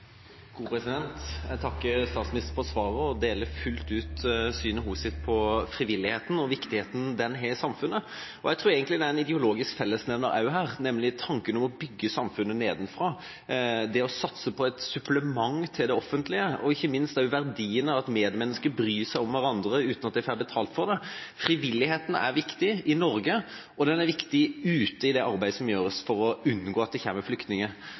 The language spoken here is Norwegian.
Jeg takker statsministeren for svaret og deler fullt ut hennes syn på frivilligheten og på den viktige rollen den har i samfunnet. Jeg tror at det også er en ideologisk fellesnevner her, nemlig tanken om å bygge samfunnet nedenfra, det å satse på et supplement til det offentlige, og ikke minst også verdien av at medmennesker bryr seg om hverandre uten å få betalt for det. Frivilligheten er viktig både i Norge og utenfor Norge i det arbeidet som gjøres for å unngå at det kommer flyktninger.